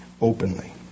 openly